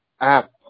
app